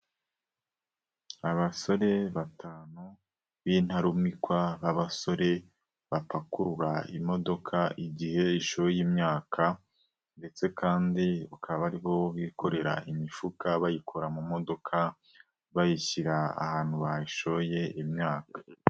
Abasore batanu b'intarumikwa b'abasore bapakurura imodoka igihe ishoye imyaka ndetse kandi akaba ari bo bikorera imifuka bayikura mu modoka bayishyira ahantu bayishoye imyaka.